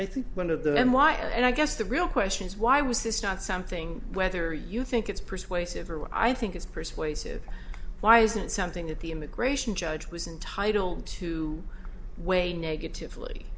i think one of the and why and i guess the real question is why was this not something whether you think it's persuasive or what i think is persuasive why isn't something that the immigration judge was entitle to weigh negatively